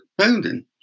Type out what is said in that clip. pounding